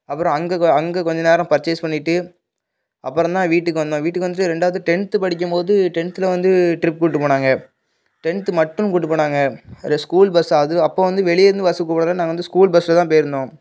அப்புறம் அங்கே அங்கே கொஞ்சம் நேரம் பர்ச்சேஸ் பண்ணிட்டு அப்புறம் தான் வீட்டுக்கு வந்தோம் வீட்டுக்கு வந்துட்டு ரெண்டாவது டென்த்து படிக்கும் போது டென்த்தில் வந்து ட்ரிப் கூட்டிட்டு போனாங்க டென்த்து மட்டும் கூப்ட்டு போனாங்க அது ஸ்கூல் பஸ்ஸு அது அப்போது வந்து வெளியே இருந்து பஸ் கூப்பிடல நாங்கள் வந்து ஸ்கூல் பஸ்ஸில் தான் போய்ருந்தோம்